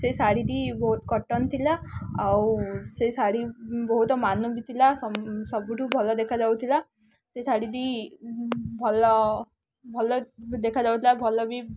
ସେ ଶାଢ଼ୀଟି ବହୁତ କଟନ୍ ଥିଲା ଆଉ ସେ ଶାଢ଼ୀ ବହୁତ ମାନୁବି ଥିଲା ସବୁଠୁ ଭଲ ଦେଖାଯାଉଥିଲା ସେ ଶାଢ଼ୀଟି ଭଲ ଭଲ ଦେଖାଯାଉଥିଲା ଭଲ ବି